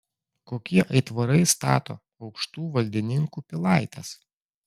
kokie aitvarai stato aukštų valdininkų pilaites